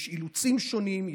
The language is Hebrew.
יש אילוצים שונים,